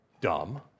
dumb